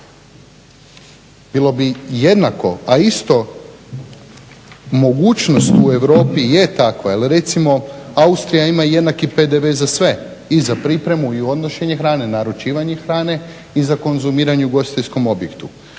Bilo bi jednako a isto mogućnost u Europi je takva, jer recimo Austrija ima jednaki PDV za sve i za pripremu i odnošenje hrane, naručivanje hrane i za konzumiranje u ugostiteljskom objektu.